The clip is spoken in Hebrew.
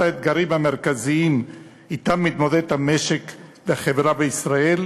האתגרים המרכזיים שאתם מתמודדים המשק והחברה בישראל,